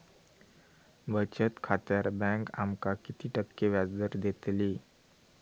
बचत खात्यार बँक आमका किती टक्के व्याजदर देतली?